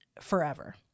forever